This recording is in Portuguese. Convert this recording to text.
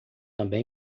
também